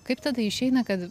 kaip tada išeina kad